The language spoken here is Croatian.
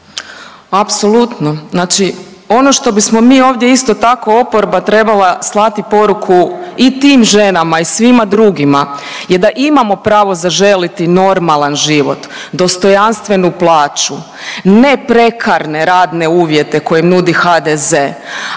Apsolutno, znači ono što bismo mi ovdje isto tako oporba trebala slati poruku i tim ženama i svima drugima je da imamo pravo zaželiti normalan život, dostojanstvenu plaću, ne prekarne radne uvjete koje nudi HDZ,